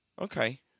Okay